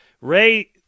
Ray